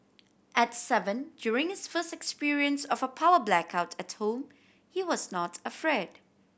at seven during his first experience of a power blackout at home he was not afraid